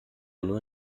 nur